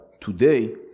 Today